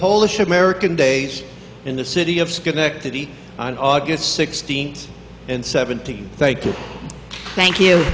polish american day in the city of schenectady on august sixteenth and seventeen thank you